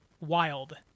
wild